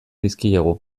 dizkiegu